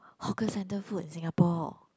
hawker centre food in Singapore